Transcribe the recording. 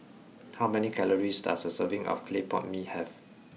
how many calories does a serving of clay pot mee have